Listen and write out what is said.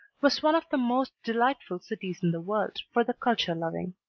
was one of the most delightful cities in the world for the culture-loving.